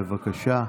בבקשה.